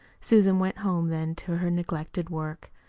susan went home then to her neglected work.